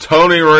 Tony